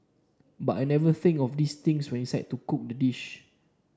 but I never think of these things when I decide to cook the dish